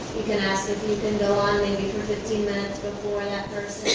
you can ask if you can go on maybe for fifteen minutes before that